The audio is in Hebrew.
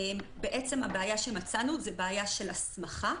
הבעיה שמצאנו זאת בעיה של הסמכה.